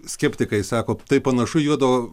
skeptikai sako tai panašu į juodo